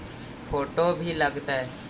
Photo भी लग तै?